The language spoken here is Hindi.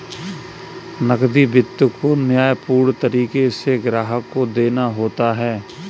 नकदी वित्त को न्यायपूर्ण तरीके से ग्राहक को देना होता है